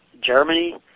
Germany